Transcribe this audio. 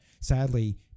sadly